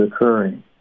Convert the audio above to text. occurring